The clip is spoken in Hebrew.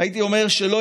אבל אני לא